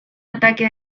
ataque